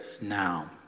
now